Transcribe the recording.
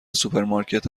سوپرمارکت